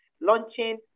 launching